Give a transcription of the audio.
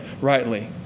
rightly